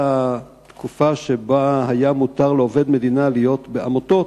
בתקופה שבה היה מותר לעובד מדינה להיות בעמותות,